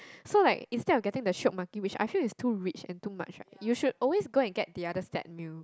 so like instead of getting the shiok maki which I feel is too rich and too much right you should always go and get the other set meal